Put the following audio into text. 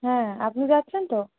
হ্যাঁ আপনি যাচ্ছেন তো